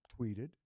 tweeted